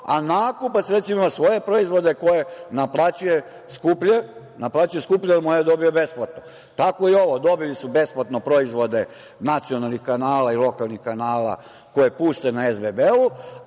a nakupac, recimo, na svoje proizvode, koje naplaćuje skuplje, naplaćuje skuplje jer moje dobija besplatno. Tako i ovo, dobili su besplatno proizvode nacionalnih kanala i lokalnih kanala koje puste na SBB-u,